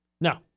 No